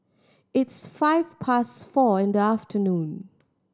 its five past four in the afternoon